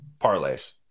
parlays